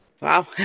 Wow